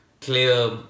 clear